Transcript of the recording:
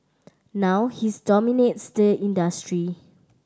now his dominates the industry